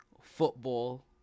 Football